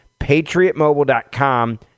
PatriotMobile.com